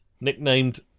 Nicknamed